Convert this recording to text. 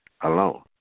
alone